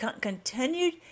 continued